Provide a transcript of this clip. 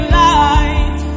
light